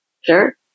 Sure